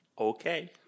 Okay